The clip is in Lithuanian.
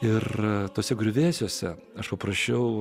ir tuose griuvėsiuose aš paprašiau